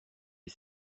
est